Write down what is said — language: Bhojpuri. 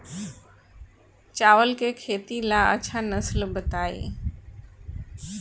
चावल के खेती ला अच्छा नस्ल बताई?